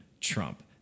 Trump